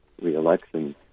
reelection